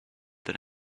that